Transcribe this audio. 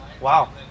wow